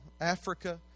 Africa